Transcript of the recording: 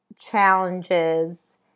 challenges